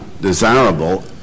desirable